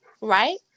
Right